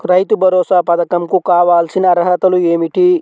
రైతు భరోసా పధకం కు కావాల్సిన అర్హతలు ఏమిటి?